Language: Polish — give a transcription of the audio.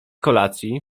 kolacji